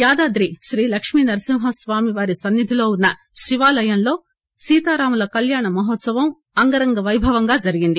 యాదాద్రి శ్రీలక్ష్మీనరసింహస్వామి వారి సన్ని ధిలో ఉన్న శివాలయంలో సీతారాముల కల్యాణ మహోత్సవం అంగరంగ వైభవంగా జరిగింది